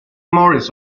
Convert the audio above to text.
morris